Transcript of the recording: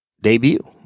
debut